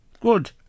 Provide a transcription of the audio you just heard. Good